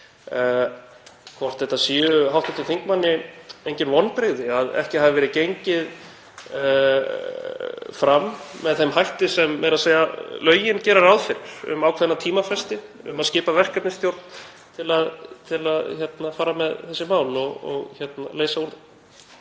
hvort það séu hv. þingmanni engin vonbrigði að ekki hafi verið gengið fram með þeim hætti sem meira að segja lögin gera ráð fyrir, um ákveðna tímafresti, um að skipa verkefnisstjórn til að fara með þessi mál og leysa úr